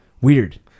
Weird